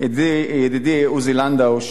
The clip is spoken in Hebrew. ידידי עוזי לנדאו,